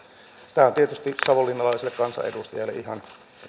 on tietysti savonlinnalaiselle kansanedustajalle ihan